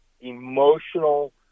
emotional